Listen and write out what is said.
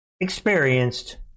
Experienced